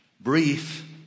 brief